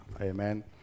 Amen